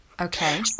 Okay